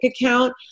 account